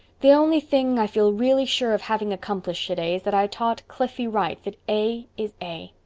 the only thing i feel really sure of having accomplished today is that i taught cliffie wright that a is a.